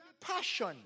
passion